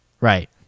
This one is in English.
right